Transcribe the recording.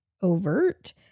overt